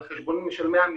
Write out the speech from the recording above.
על חשבון משלמי המיסים,